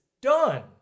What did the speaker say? done